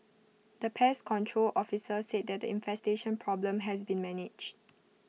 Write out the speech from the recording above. the pest control officer said that the infestation problem has been managed